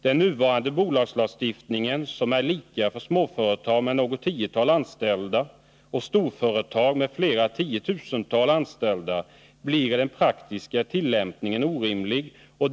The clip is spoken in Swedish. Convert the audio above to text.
Den nuvarande bolagslagstiftningen, som är lika för småföretag med något tiotal anställda och storföretag med flera tiotusental anställda, blir i den praktiska tillämpningen orimlig.